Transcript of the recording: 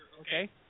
Okay